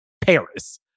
Paris